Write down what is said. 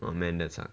oh man that sucks